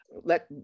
Let